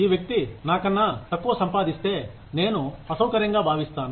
ఈ వ్యక్తి నాకన్నా తక్కువ సంపాదిస్తే నేను అసౌకర్యంగా భావిస్తాను